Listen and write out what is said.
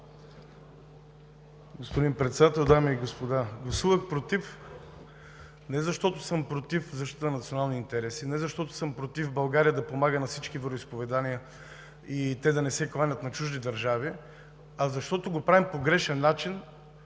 Господин Председател, дами и господа! Гласувах „против“ не защото съм против защитата на националните интереси, не защото съм против България да помага на всички вероизповедания и те да не се кланят на чужди държави, а защото го правим по грешен начин